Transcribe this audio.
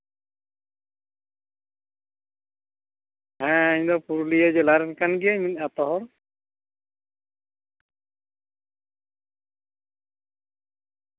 ᱦᱮᱸ ᱤᱧ ᱫᱚ ᱯᱩᱨᱩᱞᱤᱭᱟᱹ ᱡᱮᱞᱟ ᱨᱮᱱ ᱠᱟᱱ ᱜᱤᱭᱟᱹᱧ ᱢᱤᱫ ᱟᱛᱳ ᱦᱚᱲ